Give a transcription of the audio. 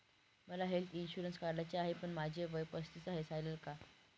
मला health insurance काढायचा आहे पण माझे वय पस्तीस आहे, चालेल का?